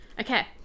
Okay